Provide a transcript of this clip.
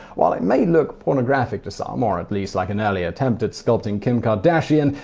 while it may look pornographic to some, or at least like an early attempt at sculpting kim kardashian,